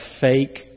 fake